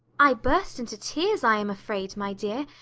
i burst into tears i am afraid, my dear,